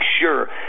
sure